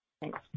Thanks